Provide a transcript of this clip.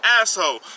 asshole